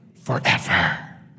forever